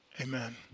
Amen